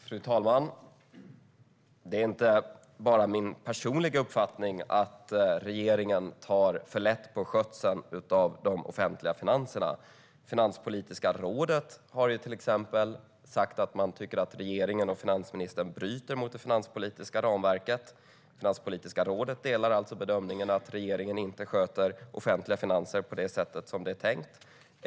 Fru talman! Det är inte bara min personliga uppfattning att regeringen tar för lätt på skötseln av de offentliga finanserna. Finanspolitiska rådet har till exempel sagt att man tycker att regeringen och finansministern bryter mot det finanspolitiska ramverket. Finanspolitiska rådet delar alltså bedömningen att regeringen inte sköter de offentliga finanserna på det sätt som det är tänkt.